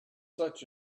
such